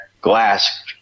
glass